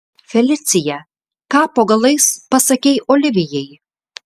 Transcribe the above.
felicija ką po galais pasakei olivijai